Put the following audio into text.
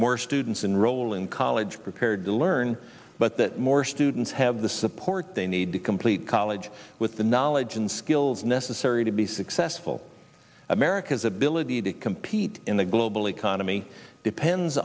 more students enroll in college prepared to learn but that more students have the support they need to complete college with the knowledge and skills necessary to be successful america's ability to compete in the global